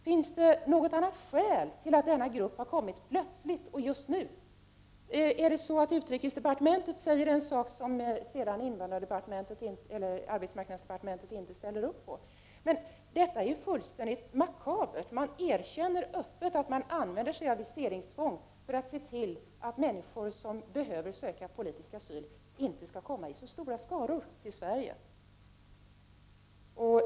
Finns det något annat skäl till att denna grupp har blivit aktuell plötsligt och just nu? Är det så att utrikesdepartementet säger en sak som sedan arbetsmarknadsdepartementet inte ställer upp på? Detta är fullständigt makabert! Man erkänner öppet att man använder sig av viseringstvång för att se till att människor som behöver söka politisk asyl inte kommer i så stora skaror till Sverige.